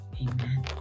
Amen